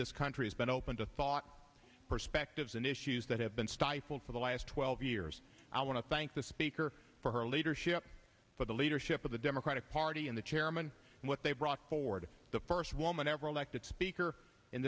this country's been open to thought perspectives on issues that have been stifled for the last twelve years i want to thank the speaker for her leadership for the leadership of the democratic party and the chairman what they brought forward the first woman ever elected speaker